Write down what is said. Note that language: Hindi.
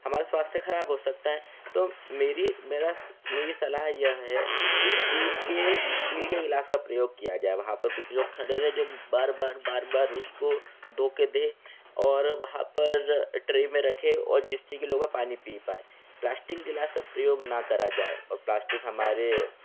हमारा स्वास्थय खराब हो सकता है तो मेरी मेरा मेरी सलाह यह है कि स्टील के स्टील के गिलास का प्रयोग किया जाए वहाँ पर कुछ लोग खड़े रहे जो बार बार बार बार उसको धो कर दे और वहाँ पर ट्रे में रखे और जिसे चाहिए लोग पानी पी पाए प्लास्टिक की गिलास का प्रयोग न करा जाए और प्लास्टिक हमारे